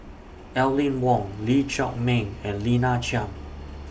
Aline Wong Lee Chiaw Meng and Lina Chiam